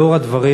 לאור הדברים,